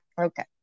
Okay